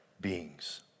beings